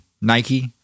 Nike